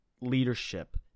leadership